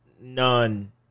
None